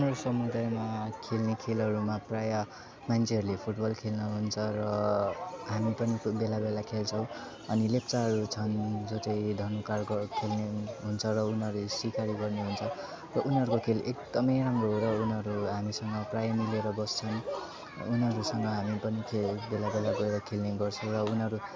हाम्रो समुदायमा खेल्ने खेलहरूमा प्रायः मान्छेहरूले फुटबल खेल्न हुन्छ र हामी पनि कोही बेला बेला खेल्छौँ अनि लेप्चाहरू छन् जो चाहिँ धनुकाँडको खेल्ने हुन्छ र उनीहरू सिकारी गर्ने हुन्छ उनीहरूको खेल एकदमै राम्रो हो र उनीहरू हामीसँग प्रायः मिलेर बस्छन् उनीहरूसँग हामी पनि खेल बेला बेला गएर खेल्ने गर्छौँ र उनीहरू